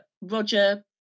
Roger